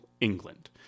England